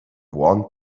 one